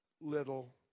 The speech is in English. little